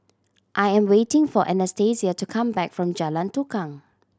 I am waiting for Anastasia to come back from Jalan Tukang